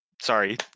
Sorry